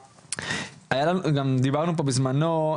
דיברנו פה בזמנו,